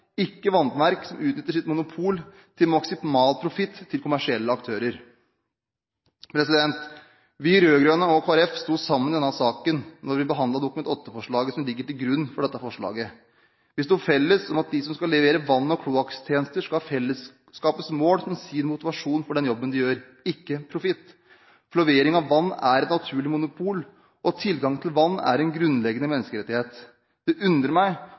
ikke vannverk som utnytter sitt monopol til maksimal profitt til kommersielle aktører. Vi rød-grønne og Kristelig Folkeparti sto sammen i denne saken da vi behandlet Dokument nr. 8-forslaget som ligger til grunn for dette forslaget. Vi sto sammen om at de som skal levere vann- og kloakktjenester, skal ha fellesskapets mål som sin motivasjon for den jobben de gjør, ikke profitt. For levering av vann er et naturlig monopol, og tilgangen til vann er en grunnleggende menneskerettighet. Det undrer meg